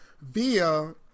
via